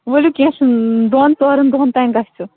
ؤلِو کیٚنہہ چھُنہٕ دۄن ژورَن دۄہَن تام گژھِ